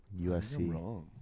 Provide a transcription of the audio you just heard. USC